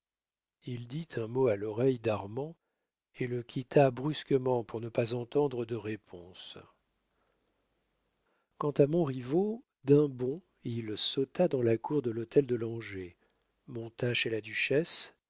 il dit un mot à l'oreille d'armand et le quitta brusquement pour ne pas entendre de réponse quant à montriveau d'un bond il sauta dans la cour de l'hôtel de langeais monta chez la duchesse